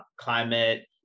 climate